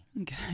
Okay